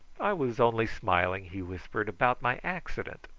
i was only smiling, he whispered, about my accident.